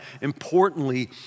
importantly